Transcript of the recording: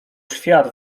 świat